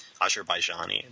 Azerbaijani